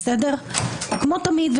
כמו תמיד,